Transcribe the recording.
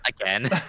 again